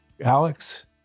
Alex